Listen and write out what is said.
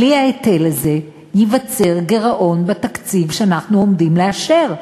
בלי ההיטל הזה ייווצר גירעון בתקציב שאנחנו עומדים לאשר.